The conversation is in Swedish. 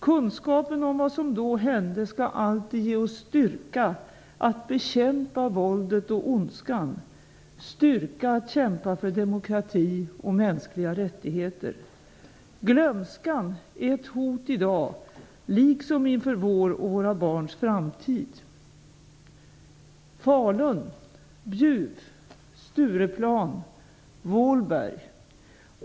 Kunskapen om vad som då hände skall alltid ge oss styrka att bekämpa våldet och ondskan, styrka att kämpa för demokrati och mänskliga rättigheter. Glömskan är ett hot i dag, liksom inför vår och våra barns framtid. Falun. Bjuv. Stureplan. Vålberg.